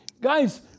Guys